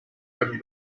over